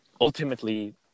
ultimately